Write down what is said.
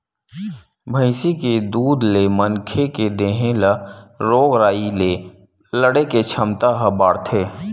भइसी के दूद ले मनखे के देहे ल रोग राई ले लड़े के छमता ह बाड़थे